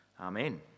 Amen